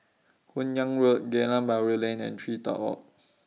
Hun Yeang Road Geylang Bahru Lane and TreeTop Walk